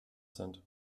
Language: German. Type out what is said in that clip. sind